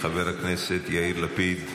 חבר הכנסת יאיר לפיד,